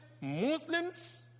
Muslims